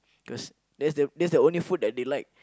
cause that's the that's the only food that they like